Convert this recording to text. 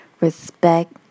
Respect